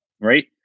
right